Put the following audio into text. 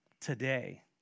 today